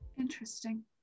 interesting